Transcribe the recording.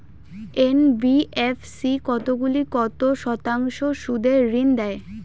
NBFC কতগুলি কত শতাংশ সুদে ঋন দেয়?